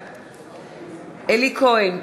בעד אלי כהן,